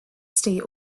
stay